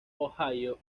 ohio